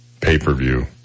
pay-per-view